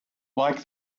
like